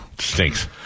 stinks